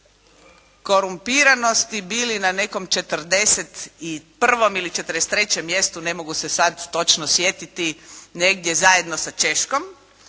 korumpiranosti bili na nekom 41. ili 43. mjestu, ne mogu se sad točno sjetiti, negdje zajedno sa Češkom,